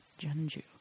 Jeonju